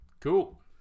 cool